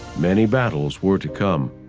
many battles were to come.